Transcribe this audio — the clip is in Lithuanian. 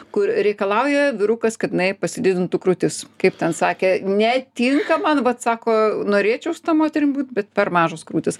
kur reikalauja vyrukas kad jinai pasididintų krūtis kaip ten sakė netinka man vat sako norėčiau su ta moterim būt bet per mažos krūtys